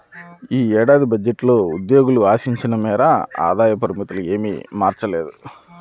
ఈ ఏడాది బడ్జెట్లో ఉద్యోగులు ఆశించిన మేరకు ఆదాయ పరిమితులు ఏమీ మార్చలేదు